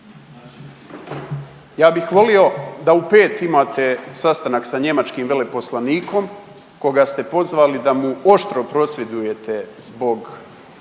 Ja bih volio da u 5 imate sastanak sa njemačkim veleposlanikom koga ste pozvali da mu oštro prosvjedujete zbog